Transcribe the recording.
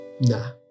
Nah